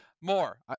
More